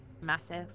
massive